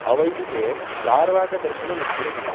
अवैदिके चार्वाकदर्शनमित्येकम्